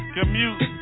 Commute